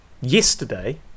yesterday